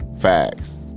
facts